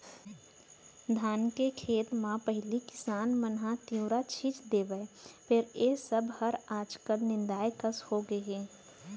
धान के खेत म पहिली किसान मन ह तिंवरा छींच देवय फेर ए सब हर आज काल नंदाए कस होगे हे